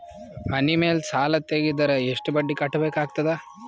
ಮನಿ ಮೇಲ್ ಸಾಲ ತೆಗೆದರ ಎಷ್ಟ ಬಡ್ಡಿ ಕಟ್ಟಬೇಕಾಗತದ?